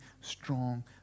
strong